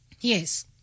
Yes